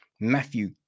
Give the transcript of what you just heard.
Matthew